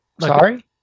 sorry